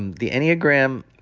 and the enneagram,